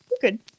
good